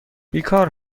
بیکار